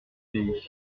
pays